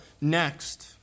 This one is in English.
next